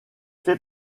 fait